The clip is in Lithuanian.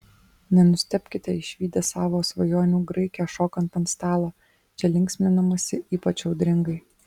nenustebkite išvydę savo svajonių graikę šokant ant stalo čia linksminamasi ypač audringai